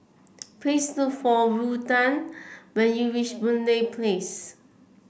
please look for Ruthann when you reach Boon Lay Place